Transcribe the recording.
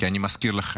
כי אני מזכיר לכם: